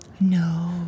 no